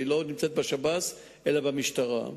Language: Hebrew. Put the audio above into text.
היא לא נמצאת בשב"ס אלא במשטרה.